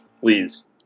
please